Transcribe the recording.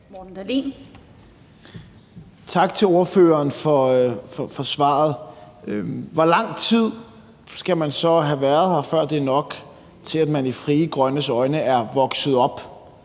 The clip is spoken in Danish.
Morten Dahlin (V): Tak til ordføreren for svaret. Hvor lang tid skal man så have været her, før det er nok til, at man i Frie Grønnes øjne er vokset op